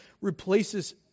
replaces